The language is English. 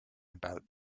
about